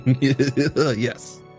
yes